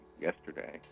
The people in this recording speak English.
yesterday